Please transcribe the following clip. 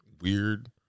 weird